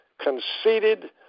conceited